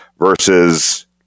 versus